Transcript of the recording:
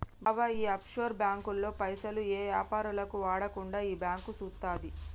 బాబాయ్ ఈ ఆఫ్షోర్ బాంకుల్లో పైసలు ఏ యాపారాలకు వాడకుండా ఈ బాంకు సూత్తది